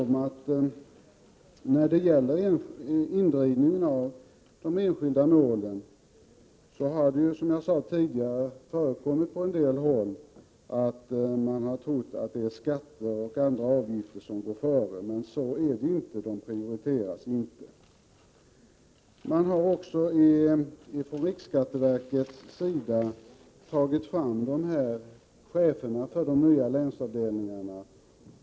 I fråga om indrivningen av de enskilda målen kan jag, och det har jag också sagt tidigare, upplysa om att man på en del håll har trott att skatter och andra avgifter prioriteras. Så är det dock inte. Vidare har man från riksskatteverkets sida utsett chefer för de nya länsavdelningarna.